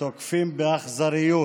שתוקפים באכזריות